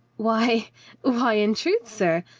why a why in truth, sir,